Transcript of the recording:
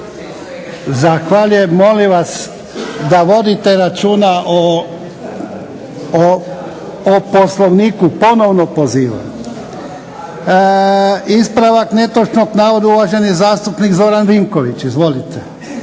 Zahvaljujem. Molim vas da vodite računa o Poslovniku, ponovno pozivam. Ispravak netočnog navoda uvaženi zastupnik Zoran Vinković. Izvolite.